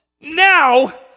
now